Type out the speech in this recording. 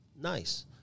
nice